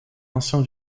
ancien